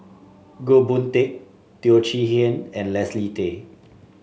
Goh Boon Teck Teo Chee Hean and Leslie Tay